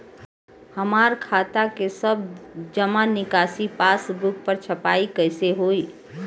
हमार खाता के सब जमा निकासी पासबुक पर छपाई कैसे होई?